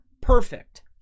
perfect